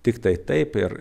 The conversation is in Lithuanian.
tiktai taip ir